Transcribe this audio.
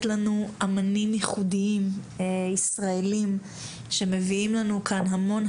לנו אמנים ייחודיים ישראלים שמביאים לנו אור,